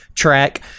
track